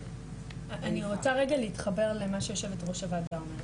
אני רוצה רגע להתחבר למה שיו"ר הוועדה אומרת.